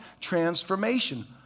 transformation